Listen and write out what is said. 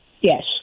Yes